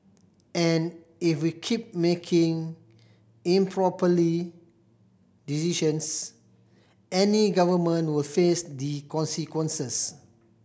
and if we keep making improperly decisions any government will face the consequences